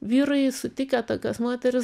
vyrai sutikę tokias moteris